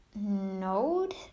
node